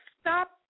stop